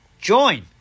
join